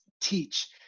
teach